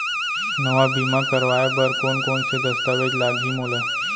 नवा बीमा करवाय बर कोन कोन स दस्तावेज लागही मोला?